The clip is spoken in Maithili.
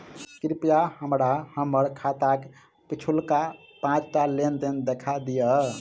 कृपया हमरा हम्मर खाताक पिछुलका पाँचटा लेन देन देखा दियऽ